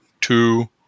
two